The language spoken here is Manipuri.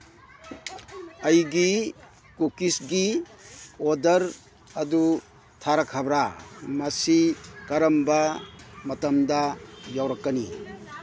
ꯑꯩꯒꯤ ꯀꯨꯀꯤꯁꯒꯤ ꯑꯣꯗꯔ ꯑꯗꯨ ꯊꯥꯔꯛꯈ꯭ꯔꯕ꯭ꯔꯥ ꯃꯁꯤ ꯀꯔꯝꯕ ꯃꯇꯝꯗ ꯌꯧꯔꯛꯀꯅꯤ